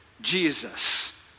Jesus